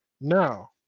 Now